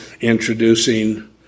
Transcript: introducing